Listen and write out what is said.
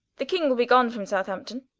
the king will be gone from southampton